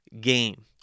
game